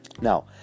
now